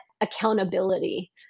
accountability